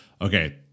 Okay